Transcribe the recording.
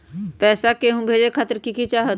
पैसा के हु के भेजे खातीर की की चाहत?